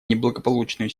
неблагополучную